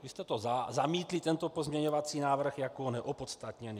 Vy jste zamítli tento pozměňovací návrh jako neopodstatněný.